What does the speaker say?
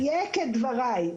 אני אדייק את דבריי.